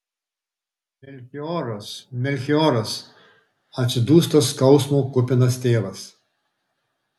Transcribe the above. melchioras melchioras atsidūsta skausmo kupinas tėvas